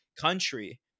country